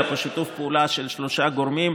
היה פה שיתוף פעולה של שלושה גורמים: